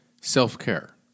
self-care